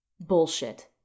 Bullshit